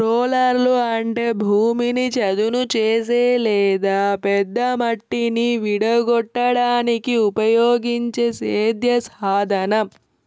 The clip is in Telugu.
రోలర్లు అంటే భూమిని చదును చేసే లేదా పెద్ద మట్టిని విడగొట్టడానికి ఉపయోగించే సేద్య సాధనం